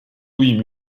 louis